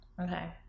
okay